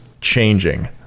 changing